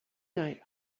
night